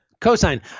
Cosine